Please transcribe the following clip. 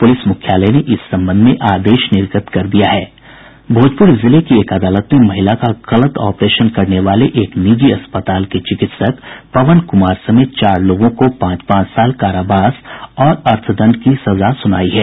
police मुख्यालय ने इस संबंध में आदेश निर्गत कर दिया है भोजपुर जिले की एक अदालत ने महिला का गलत ऑपरेशन करने वाले एक निजी अस्पताल के चिकित्सक पवन कुमार समेत चार लोगों को पांच पांच साल कारावास और अर्थदंड की सजा सुनाई है